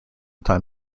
time